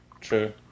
true